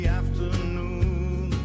afternoon